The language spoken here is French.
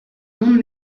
monde